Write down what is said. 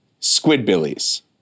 Squidbillies